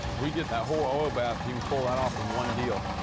we get that whole oil bath, you can pull that off in one deal.